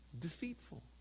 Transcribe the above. Deceitful